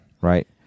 right